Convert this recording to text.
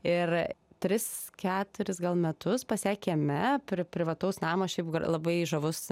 ir tris keturis gal metus pas ją kieme prie privataus namo šiaip labai žavus